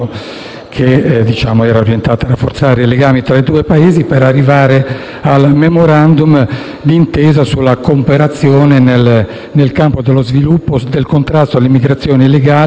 che era orientato e rafforzare i legami tra i due Paesi, per arrivare al Memorandum d'intesa sulla cooperazione nel campo dello sviluppo, del contrasto all'immigrazione illegale,